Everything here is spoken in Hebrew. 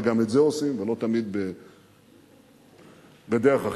וגם את זה עושים ולא תמיד בדרך אחרת.